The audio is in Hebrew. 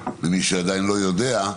למי שעדיין לא יודע,